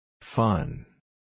Fun